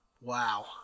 Wow